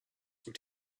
were